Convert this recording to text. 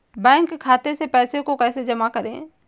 Bank खाते से पैसे को कैसे जमा करें?